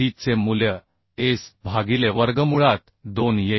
चे मूल्य s भागीले वर्गमुळात 2 येईल